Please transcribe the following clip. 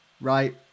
right